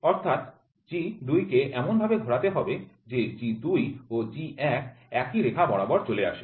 অর্থাৎ G ২ কে এমন ভাবে ঘোরাতে হবে যে G ২ ও G ১ একই রেখা বরাবর চলে আসে